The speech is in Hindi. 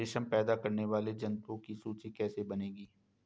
रेशम पैदा करने वाले जंतुओं की सूची कैसे बनेगी?